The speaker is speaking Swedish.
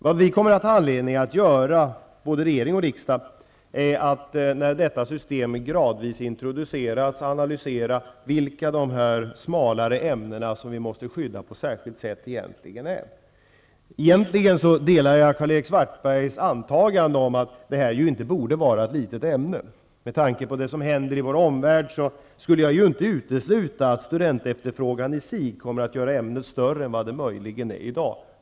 När detta nya system gradvis introduceras, kommer regering och riksdag att ha anledning att analysera vilka ämnen som är de smalare ämnen som vi måste skydda på särskilt sätt ämnen som är. Egentligen delar jag Karl-Erik Svartbergs antagande om att de inte borde vara ett litet ämne. Med tanke på det som händer i vår omvärld kan jag inte utesluta att studentefterfrågan i sig detta kommer att göra ämnet större än vad det möjligen är i dag.